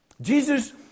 Jesus